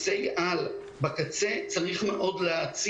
הסייעות שצמודות אליהם רוצות מאוד לעבוד.